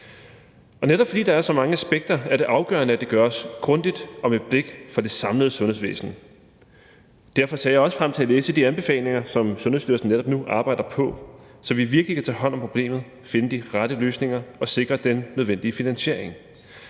Netop fordi der er så mange aspekter, er det afgørende, at det gøres grundigt og med blik for det samlede sundhedsvæsen. Derfor ser jeg frem til at læse de anbefalinger, som Sundhedsstyrelsen netop nu arbejder på, så vi virkelig kan tage hånd om problemet, finde de rette løsninger og sikre den nødvendige finansiering.